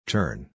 Turn